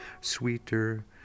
sweeter